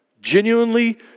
genuinely